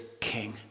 king